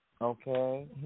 okay